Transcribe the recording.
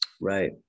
Right